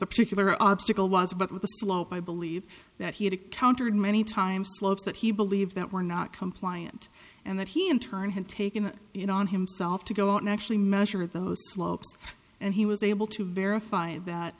the particular obstacle was but with the slope i believe that he had it countered many times that he believed that were not compliant and that he in turn had taken it on himself to go out and actually measure those slopes and he was able to verify that